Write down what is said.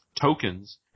tokens